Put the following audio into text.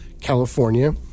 California